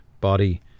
Body